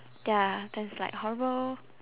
ya that's like horrible